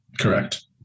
correct